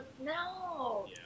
No